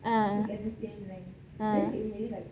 uh uh